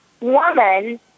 woman